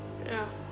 ya